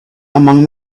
among